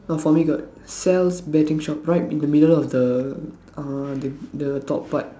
no for me got sells betting shop right in the middle of the uh the the top part